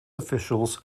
officials